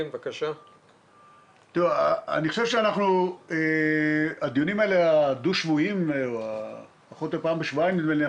הדיונים האלה מתקיימים פעם בשבועיים, נדמה לי.